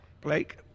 Blake